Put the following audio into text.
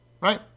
right